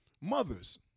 Mothers